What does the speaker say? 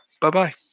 Bye-bye